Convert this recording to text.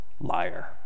liar